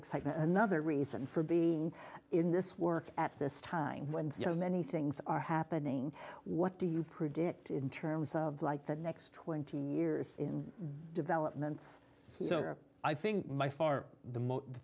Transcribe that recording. excitement another reason for being in this work at this time when so many things are happening what do you predict in terms of like the next twenty years in developments so i think my for the